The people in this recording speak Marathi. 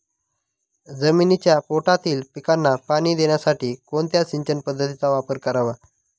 जमिनीच्या पोटातील पिकांना पाणी देण्यासाठी कोणत्या सिंचन पद्धतीचा वापर करावा?